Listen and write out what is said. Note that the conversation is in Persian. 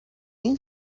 این